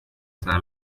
saa